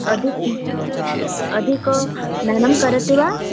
अधिकम् अधिकं स्नानं करोति वा